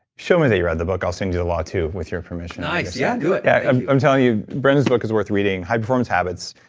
show me that you read the book, i'll send you the law too, with your permission nice, yeah, good. yeah thank you i'm telling you, brendon's book is worth reading. high performance habits,